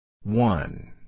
One